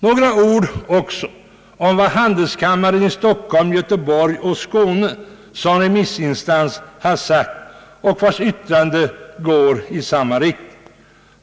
Några ord också om vad handelskamrarna i Stockholm, Göteborg och Skåne har sagt. Deras ytiranden går i samma riktning.